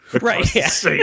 Right